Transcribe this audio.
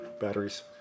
batteries